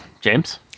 James